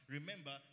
Remember